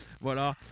Voilà